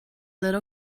little